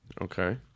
Okay